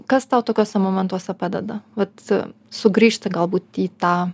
kas tau tokiuose momentuose padeda vat sugrįžti galbūt į tą